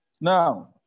Now